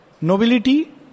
Nobility